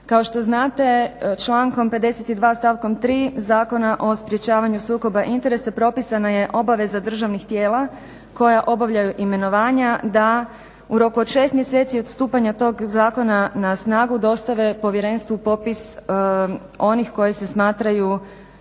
Kao što znate člankom 52. stavkom 3. Zakona o sprječavanju sukoba interesa propisana je obaveza državnih tijela koja obavljaju imenovanja da u roku od 6 mjeseci od stupanja tog zakona na snagu dostave Povjerenstvu popis onih koje se smatraju